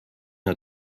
nur